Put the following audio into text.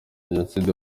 jenoside